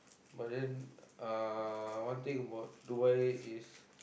but then uh one thing about Dubai is